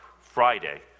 Friday